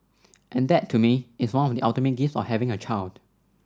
and that to me is one of the ultimate gifts of having a child